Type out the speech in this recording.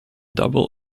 double